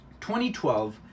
2012